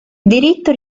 diritto